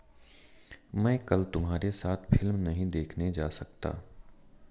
मैं कल तुम्हारे साथ फिल्म नहीं देखने जा सकता